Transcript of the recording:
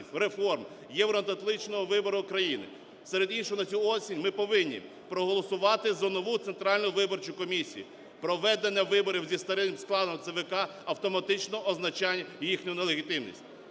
реформ, євроатлантичного вибору України. Серед іншого, на цю осінь ми повинні проголосувати за нову Центральну виборчу комісію. Проведення виборів зі старим складом ЦВК автоматично означає їхню нелегітимність.